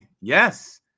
Yes